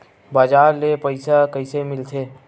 बजार ले पईसा कइसे मिलथे?